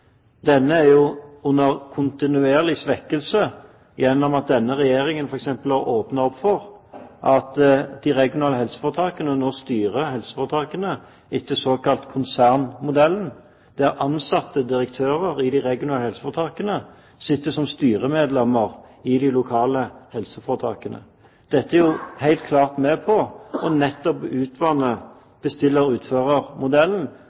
denne er jo under kontinuerlig svekkelse gjennom at denne regjeringen f.eks. har åpnet opp for at ansatte og direktører i de regionale helseforetakene, etter den såkalte konsernmodellen, sitter som styremedlemmer i de lokale helseforetakene. Dette er helt klart med på nettopp å